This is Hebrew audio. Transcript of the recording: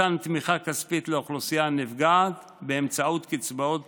מתן תמיכה כספית לאוכלוסייה הנפגעת באמצעות קצבאות